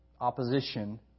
opposition